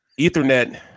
Ethernet